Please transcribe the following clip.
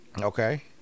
Okay